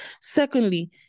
Secondly